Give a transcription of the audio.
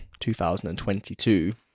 2022